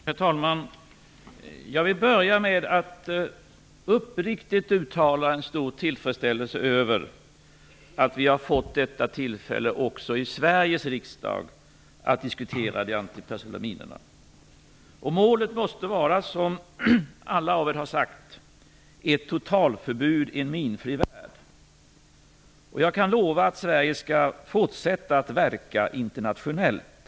Herr talman! Jag vill börja med att uppriktigt uttala en stor tillfredsställelse över att vi har fått detta tillfälle också i Sveriges riksdag att diskutera de antipersonella minorna. Målet måste vara, såsom ni alla har sagt, ett totalförbud i en minfri värld. Jag kan lova att Sverige skall fortsätta verka internationellt.